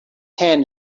hand